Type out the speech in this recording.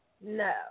No